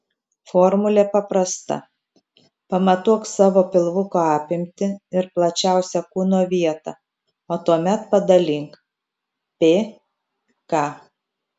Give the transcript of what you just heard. formulė paprasta pamatuok savo pilvuko apimtį ir plačiausią kūno vietą o tuomet padalink p k